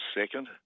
second